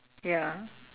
ya